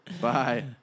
Bye